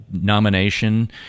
nomination